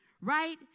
Right